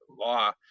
law